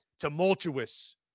tumultuous